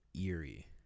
eerie